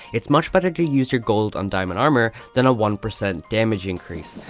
its much better to use your gold on diamond armor than a one percent damage increase,